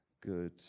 good